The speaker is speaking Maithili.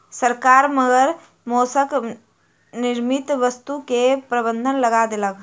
सरकार मगरक मौसक निर्मित वस्तु के प्रबंध लगा देलक